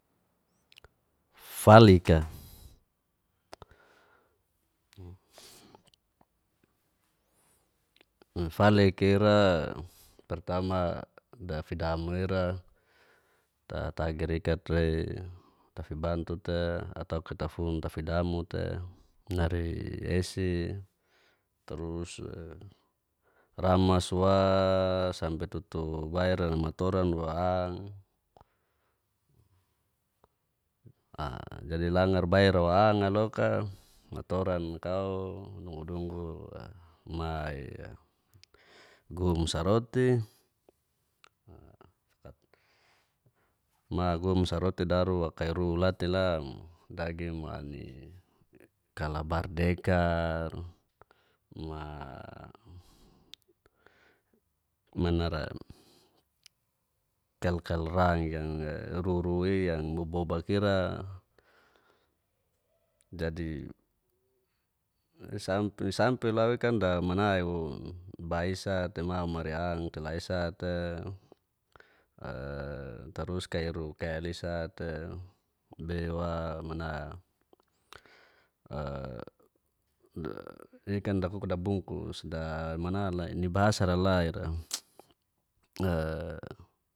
Falika falika ira pertama dafidamui'ra tagirikat'le tafibantu te atauka tafun tafidamu te nareiesi, tarus ramasw. sampe tutu ubairan matoranwa'a, jadi langar baira wa'anga loka matoran kao nugu-nugu gumsa roti, magumsa roti daru kairu la te la dagi kalabar dekar manara kalkalra yang'e ruruiang'e bubobak ira. Jadi de sampi di lau itu kan damanai wo baisa te ma'mariang kelaesa te tarus kairu kaya lisa te bewa' mana, ini kan daguk dabungkus da mana lai ini bahasa la ira.